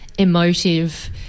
emotive